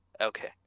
Okay